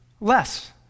less